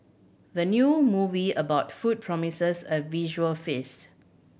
the new movie about food promises a visual feast